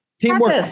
Teamwork